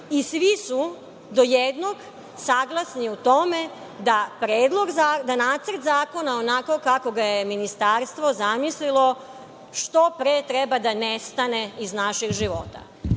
i svi su do jednog saglasni u tome da nacrt zakona, onako kako ga je ministarstvo zamislilo, što pre treba da nestane iz naših života. Nacrt